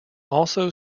also